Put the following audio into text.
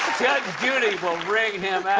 judy will ring him